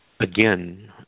again